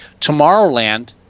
Tomorrowland